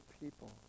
people